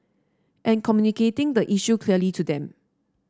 and communicating the issue clearly to them